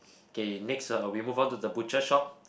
K next one I'll be move on to the butcher shop